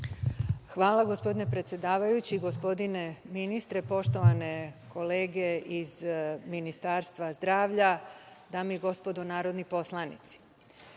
Hvala, gospodine predsedavajući. Gospodine ministre, poštovane kolege iz Ministarstva zdravlja, dame i gospodo narodni poslanici,